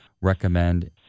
recommend